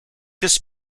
this